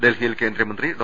ഡൽഹിയിൽ കേന്ദ്രമന്ത്രി ഡോ